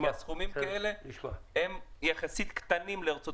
הסכומים האלה הם יחסים קטנים לארצות